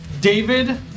David